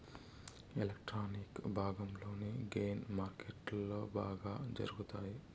electronic భాగంలోని gain మార్కెట్లో బాగా జరుగుతాయి